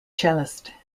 cellist